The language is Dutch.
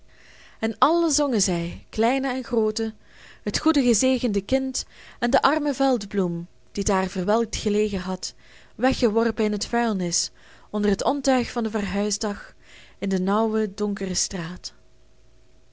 en allen zongen zij kleinen en grooten het goede gezegende kind en de arme veldbloem die daar verwelkt gelegen had weggeworpen in het vuilnis onder het ontuig van den verhuisdag in de nauwe donkere straat